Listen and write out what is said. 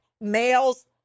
males